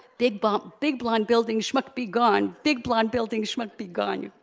big but big blond building schmuck begone, big blond building schmuck begone.